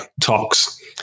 talks